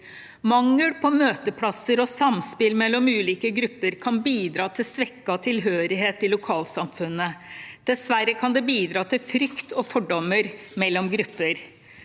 Mangel på møteplasser og samspill mellom ulike grupper kan bidra til svekket tilhørighet til lokalsamfunnet. Dessverre kan det bidra til frykt og fordommer mellom grupper.